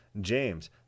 James